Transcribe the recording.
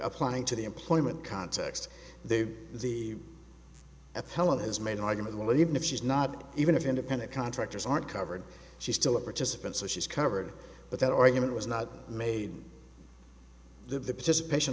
applying to the employment context they the appellant has made an argument well even if she's not even if independent contractors aren't covered she's still a participant so she's covered but that argument was not made the participation